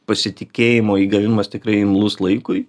pasitikėjimo įgavimas tikrai imlus laikui